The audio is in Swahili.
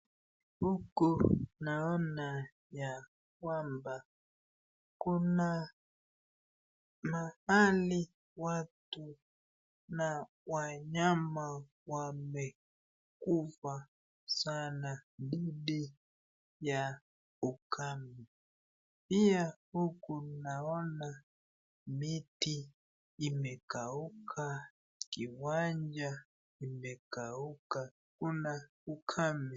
Huku naona ya kwamba kuna nadhani watu na wanyama wamekufa sana dhidi ya ukame, pia huku naona miti imekauka ,kiwanja kimekauka, kuna ukame.